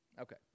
Okay